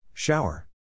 Shower